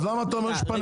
אז למה אתה אומר שפנית?